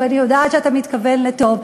ואני יודעת שאתה מתכוון לטוב,